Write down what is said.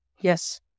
Yes